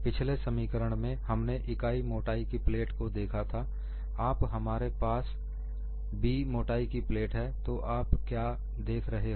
पिछले समीकरण में हमने इकाई मोटाई की प्लेट को देखा था अब हमारे पास B मोटाई की प्लेट है तो आप क्या देख रहे हो